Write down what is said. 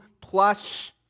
plus